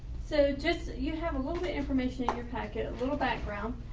so just you have a little bit information in your packet a little background.